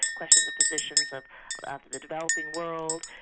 questions of positions of the developing world,